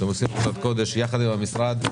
אתם עושים עבודת קודש יחד עם המשרד.